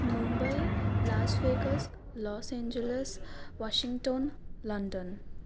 Mumbai Las Vegas Los Angeles Washington London